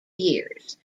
years